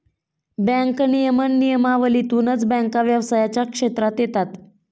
bank नियमन नियमावलीतूनच बँका व्यवसायाच्या क्षेत्रात येतात